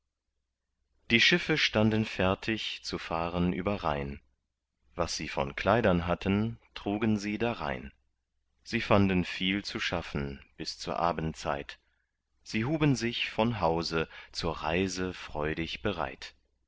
die schiffe standen fertig zu fahren über rhein was sie von kleidern hatten trugen sie darein sie fanden viel zu schaffen bis zur abendzeit sie huben sich von hause zur reise freudig bereit